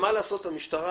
מה לעשות שלמשטרה